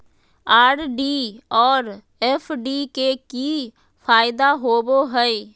RD और FD के की फायदा होबो हइ?